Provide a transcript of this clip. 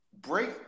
break